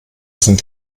sind